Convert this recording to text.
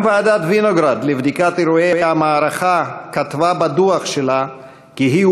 גם ועדת וינוגרד לבדיקת אירועי המערכה כתבה בדוח שלה כי היא